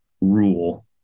rule